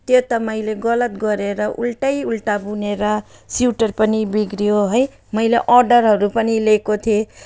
त्यो त मैले गलत गरेर उल्टै उल्टा बुनेर स्वेटर पनि बिग्रियो है मैले अर्डरहरू पनि लिएको थिएँ